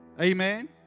Amen